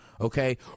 Okay